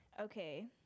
okay